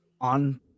on